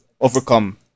overcome